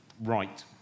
right